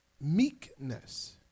meekness